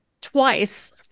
twice